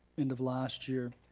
end of last year.